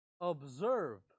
observe